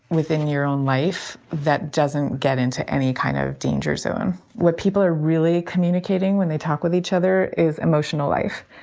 within your own life, that doesn't get into any kind of danger zone where people are really communicating when they talk with each other is emotional life.